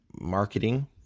marketing